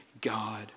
God